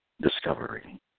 discovery